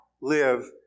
live